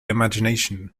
imagination